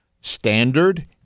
standard